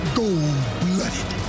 gold-blooded